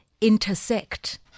intersect